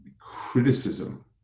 criticism